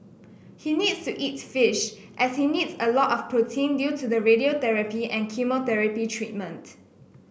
he needs to eat fish as he needs a lot of protein due to the radiotherapy and chemotherapy treatment